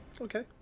Okay